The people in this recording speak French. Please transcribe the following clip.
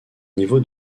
niveau